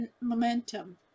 momentum